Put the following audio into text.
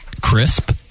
crisp